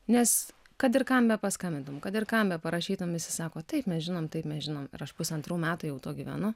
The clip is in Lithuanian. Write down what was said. nes kad ir kam bepaskambintum kad ir kam beparašytum visi sako taip mes žinom taip mes žinom ir aš pusantrų metų jau tuo gyvenu